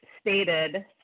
stated